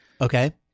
Okay